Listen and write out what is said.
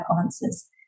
answers